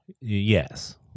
Yes